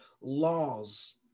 laws